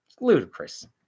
ludicrous